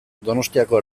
donostiako